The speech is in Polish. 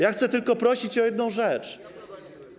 Ja chcę tylko prosić o jedną rzecz.